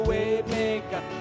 Waymaker